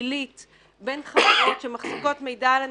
פלילית בין חברות שמחזיקות מידע על אנשים,